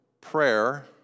prayer